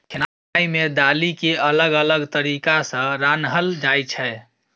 खेनाइ मे दालि केँ अलग अलग तरीका सँ रान्हल जाइ छै